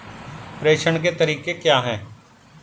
प्रेषण के तरीके क्या हैं?